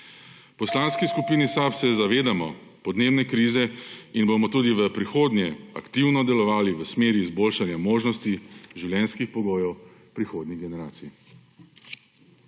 Poslanski skupini SAB se zavedamo podnebne krize in bomo tudi v prihodnje aktivno delovali v smeri izboljšanja možnosti življenjskih pogojev prihodnjih generacij.